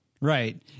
right